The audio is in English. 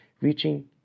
reaching